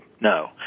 no